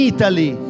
Italy